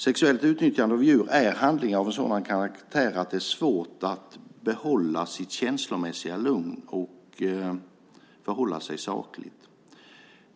Sexuellt utnyttjande av djur är handlingar av en sådan karaktär att det är svårt att behålla sitt känslomässiga lugn och förhålla sig sakligt.